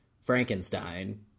Frankenstein